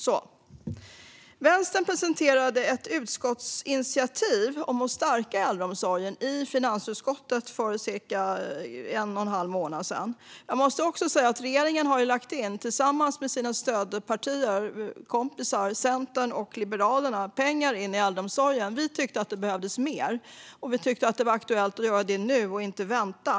För cirka en och en halv månad sedan presenterade Vänstern i finansutskottet ett utskottsinitiativ om att stärka äldreomsorgen. Jag måste också säga att regeringen, tillsammans med sina stödpartier och kompisar Centern och Liberalerna, har lagt in pengar i äldreomsorgen. Vi tyckte att det behövdes mer, och vi tyckte att det var aktuellt att göra det nu och inte vänta.